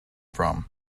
from